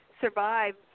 survive